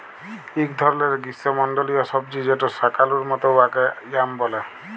ইক ধরলের গিস্যমল্ডলীয় সবজি যেট শাকালুর মত উয়াকে য়াম ব্যলে